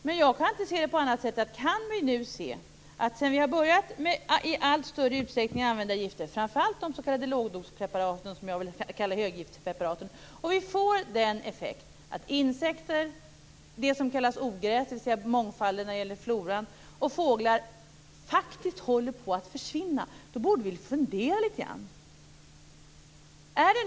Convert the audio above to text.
Men sedan vi i allt större utsträckning har börjat använda gifter, framför allt de s.k. lågdospreparaten som jag vill kalla höggiftspreparaten, har vi fått den effekten att insekter, ogräs, dvs. mångfalden i floran, och fåglar faktiskt håller på att försvinna. Då borde vi ju fundera litet grand.